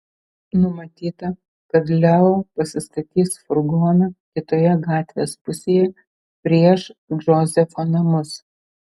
numatyta kad leo pasistatys furgoną kitoje gatvės pusėje prieš džozefo namus